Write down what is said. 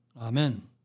Amen